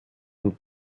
und